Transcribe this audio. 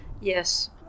yes